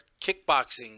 kickboxing